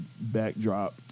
backdrop